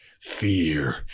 fear